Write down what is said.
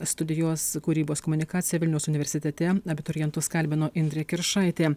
studijuos kūrybos komunikaciją vilniaus universitete abiturientus kalbino indrė kiršaitė